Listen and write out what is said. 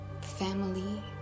family